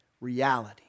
reality